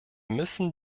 müssen